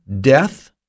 death